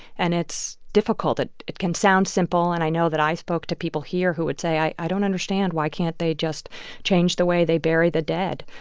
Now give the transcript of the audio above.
and it's difficult. it it can sound simple, and i know that i spoke to people here who would say, i don't understand. why can't they just change the way they bury the dead,